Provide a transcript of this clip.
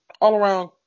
all-around